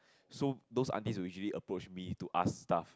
so those aunties usually approach me to ask stuff